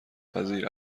پذیر